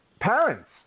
parents